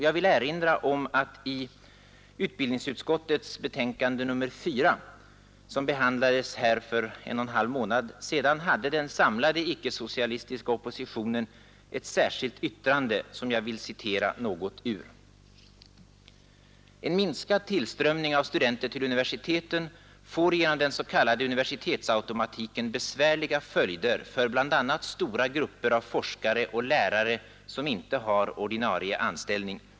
Jag vill erinra om att i utbildningsutskottets betänkande nr 4, som behandlades här för en och en halv månad sedan, hade den samlade icke-socialistiska oppositionen ett särskilt yttrande, som jag vill citera något ur: ”En minskad tillströmning av studenter till universiteten får genom den s.k. universitetsautomatiken besvärliga följder för bl.a. stora grupper av forskare och lärare som inte har ordinarie anställning.